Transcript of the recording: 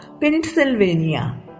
Pennsylvania